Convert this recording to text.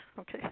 Okay